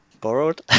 Borrowed